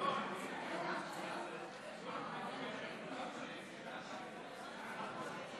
הצעת חוק המאבק בטרור